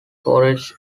forests